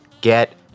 get